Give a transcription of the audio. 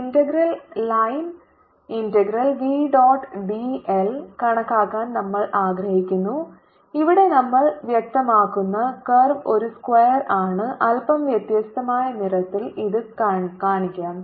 integral line integral V dot D L കണക്കാക്കാൻ നമ്മൾ ആഗ്രഹിക്കുന്നു ഇവിടെ നമ്മൾ വ്യക്തമാക്കുന്ന കർവ് ഒരു സ്ക്വാർ ആണ് അല്പം വ്യത്യസ്തമായ നിറത്തിൽ ഇത് കാണിക്കാം